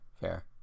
Fair